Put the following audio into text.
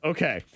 Okay